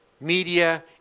Media